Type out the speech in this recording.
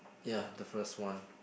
ya the first one